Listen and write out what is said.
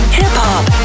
hip-hop